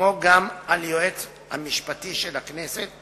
כמו גם על היועץ המשפטי של הכנסת,